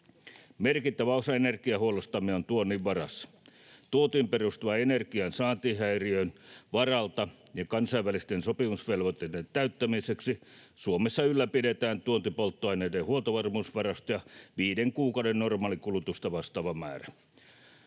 Merkittävä osa energiahuollostamme on tuonnin varassa. Tuontiin perustuvan energian saantihäiriön varalta ja kansainvälisten sopimusvelvoitteiden täyttämiseksi Suomessa ylläpidetään tuontipolttoaineiden huoltovarmuusvarastoja viiden kuukauden normaalikulutusta vastaava määrä.